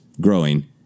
growing